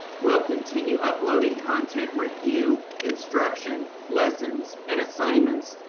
will continue uploading content, review, instruction, lessons and assignments,